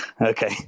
Okay